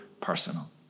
personal